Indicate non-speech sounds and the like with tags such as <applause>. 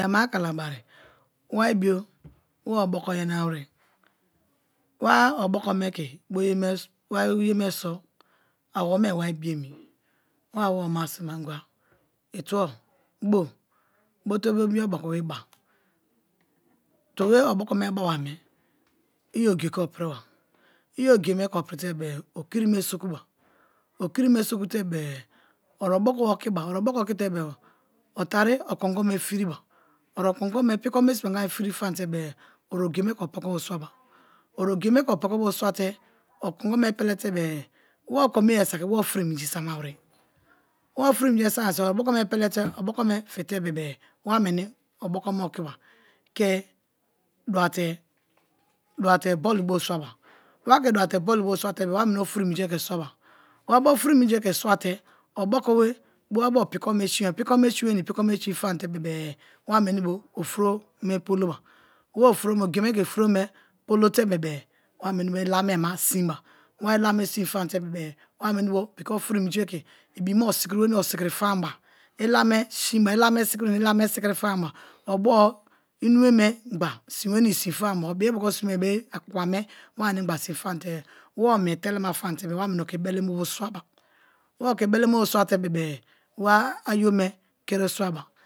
Iyana kalabari wari bio wa oboko yana were, wa oboko me ke bo ye me so awonac wari bo emi, wa awome ma sin ba inga itubo bo te bo mi obokome ba tubo be oboko me baba me i ogiye ke ipiriba, i ogiye ke opiritene o kiri me soku ba o kiri me soku te be-e o oboko be okiba, o oboko be okite-e o tari okongo me firiba o okongo me piko me simanga firi famate o ogiyeme ke opoko bo swaba o ogiye me ke opono swata okongo me pelete be-e, owa okome ye sabi wa ofri minji sama were wa ofriminji me samawere so oboko me pelete oboko me fite bebe-e wa meni oboko me okiba <hesitation> duwa-te bolibio bo swaba. Wa ke dwa-te bolibo swa te be ova meni bo ofriminji me ke swaba, wa bo ofriminji me ke swa te oboko be wa bo opiko me sin wenii piko me sin famate bebe-e wa meni bo ofuro me poloba, wa ofuro me ogiye me ke ofuro me polo famate bebe-e wa bo ila-ame-e nia sin ba, wa ila-a me nia sin famate wa menibo piki ofri minji me ibima osikiri wenii osikiri fam-ba ila-me sin ba ila-me sikiri famba obwo inume memgba sin wenii sin famba obiboko simei be akpakpa me wa anigba sin fam te-e, wa omie telema famte-e wa meni oke be leme bo swaba, wa oke beleme bo swate-bebe-e wa ayo me kiri swaba.